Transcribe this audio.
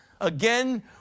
Again